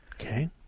Okay